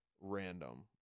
random